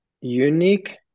unique